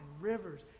rivers